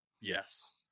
yes